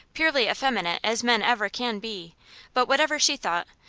purely effeminate as men ever can be but whatever she thought,